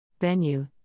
Venue